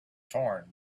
torn